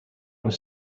were